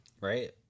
right